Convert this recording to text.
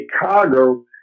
Chicago